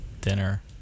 dinner